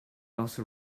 also